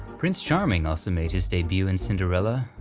prince charming also made his debut in cinderella,